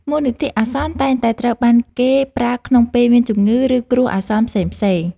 មូលនិធិអាសន្នតែងតែត្រូវបានគេប្រើក្នុងពេលមានជំងឺ ឬគ្រោះអាសន្នផ្សេងៗ។